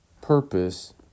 purpose